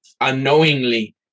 unknowingly